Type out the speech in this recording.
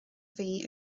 bhí